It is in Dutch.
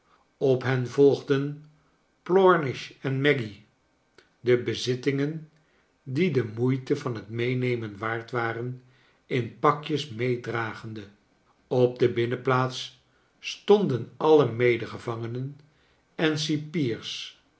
op hen volgden plornish en maggy de bezittingen die de moeite van het meenemen waard waren in pakjes meedragende op de binnenplaats stonden a he medegevangenen en de cipiers